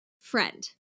friend